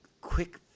quick